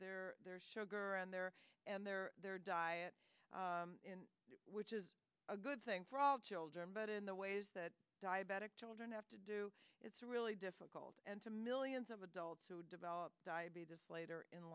their their sugar and their and their their diet which is a good thing for all children but in the ways that diabetic children have to do it's really difficult and to millions of adults who develop diabetes later in